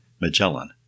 Magellan